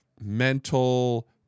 mental